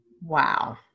Wow